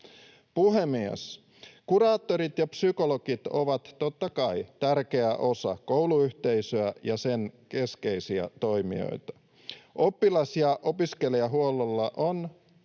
Puhemies! Kuraattorit ja psykologit ovat totta kai tärkeä osa kouluyhteisöä ja sen keskeisiä toimijoita. Oppilas- ja opiskelijahuollolla on